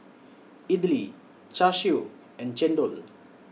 Idly Char Siu and Chendol